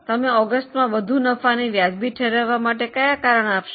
તમે ઓગસ્ટમાં વધુ નફાને વાજબી ઠેરવવા માટે કયા કારણ આપશો